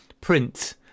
print